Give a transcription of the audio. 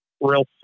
real